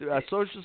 Social